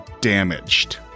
damaged